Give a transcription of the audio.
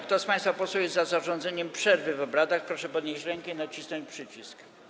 Kto z państwa posłów jest za zarządzeniem przerwy w obradach, proszę podnieść rękę i nacisnąć przycisk.